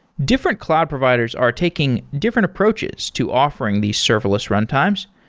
different cloud providers are taking different approaches to offering these serverless runtimes.